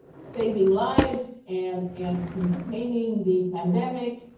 saving lives and in containing the pandemic,